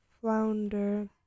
Flounder